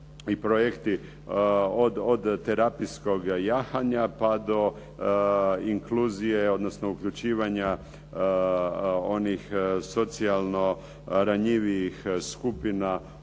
i projekti do terapijskog jahanja, pa do inkluzije, odnosno onih socijalno ranjivijih skupina u